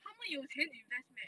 他们有钱 invest meh